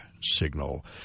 Signal